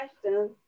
questions